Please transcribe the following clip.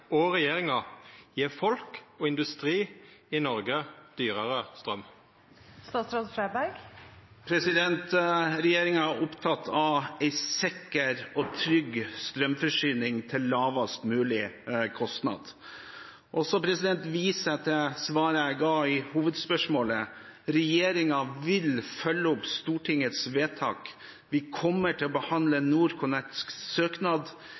og regjeringa gje folk og industri i Noreg dyrare straum? Regjeringen er opptatt av en sikker og trygg strømforsyning til lavest mulig kostnad. Jeg viser til svaret jeg ga på hovedspørsmålet: Regjeringen vil følge opp Stortingets vedtak. Vi kommer til å behandle NorthConnects søknad